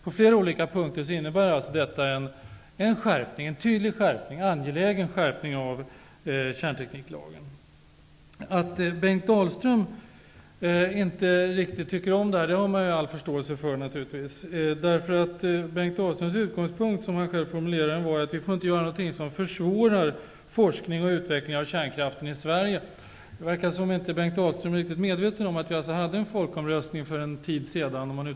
På flera olika punkter innebär alltså förslaget en tydlig och angelägen skärpning av kärntekniklagen. Jag har naturligtvis full förståelse för att Bengt Dalström inte riktigt tycker om den här förändringen. Bengt Dalströms utgångspunkt var att man inte får göra någonting som försvårar forskning om och utveckling av kärnkraften i Sverige. Det verkar inte som att Bengt Dalström är riktigt medveten om att vi hade en folkomröstning för en tid sedan.